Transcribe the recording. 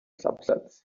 subsets